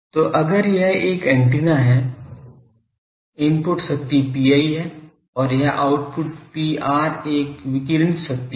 तो अगर यह एक ऐन्टेना है input शक्ति Pi है और यह output Pr एक विकिरणित शक्ति है